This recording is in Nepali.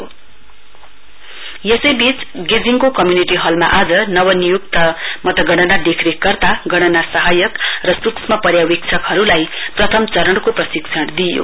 ट्रेनिङ वेस्ट यसैवीच गेजिङको कम्युनिटि हलमा आज नव नियुक्त मतगणना देखरेख कर्ता गणना सहायक र सूश्र्म पर्यावेक्षकहरुलाई प्रथम चरणको प्रशिक्षण दिइयो